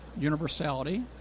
universality